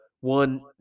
one